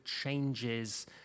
changes